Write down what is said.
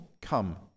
come